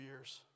years